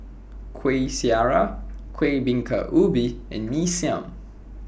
Kuih Syara Kuih Bingka Ubi and Mee Siam